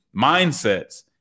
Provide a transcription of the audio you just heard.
mindsets